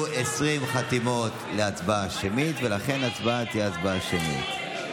20 חתימות להצבעה שמית, ולכן ההצבעה תהיה שמית.